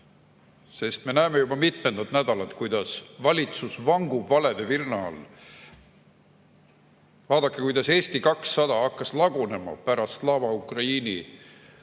Sest me näeme juba mitmendat nädalat, kuidas valitsus vangub valede virna all. Vaadake, kuidas Eesti 200 hakkas lagunema pärast Slava Ukraini